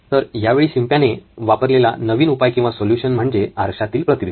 तर यावेळी शिंप्याने वापरलेला नवीन उपाय किंवा सोल्युशन म्हणजे आरशातील प्रतिबिंब